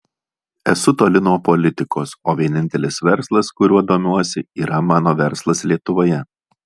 esu toli nuo politikos o vienintelis verslas kuriuo domiuosi yra mano verslas lietuvoje